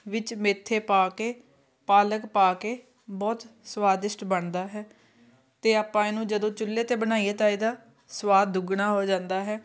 ਵਿੱਚ ਮੇਥੇ ਪਾ ਕੇ ਪਾਲਕ ਪਾ ਕੇ ਬਹੁਤ ਸਵਾਦਿਸ਼ਟ ਬਣਦਾ ਹੈ ਅਤੇ ਆਪਾਂ ਇਹਨੂੰ ਜਦੋਂ ਚੁੱਲ੍ਹੇ 'ਤੇ ਬਣਾਈਏ ਤਾਂ ਇਹਦਾ ਸਵਾਦ ਦੁੱਗਣਾ ਹੋ ਜਾਂਦਾ ਹੈ